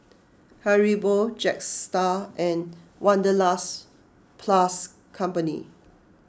Haribo Jetstar and Wanderlust plus Company